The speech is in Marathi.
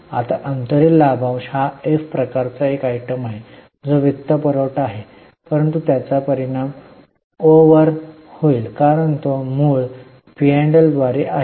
आता अंतरिम लाभांश हा एफ प्रकारचा एक आयटम आहे जो वित्तपुरवठा आहे परंतु त्याचा परिणाम ओ वर होईल कारण तो मुळ पी आणि एलद्वारे आहे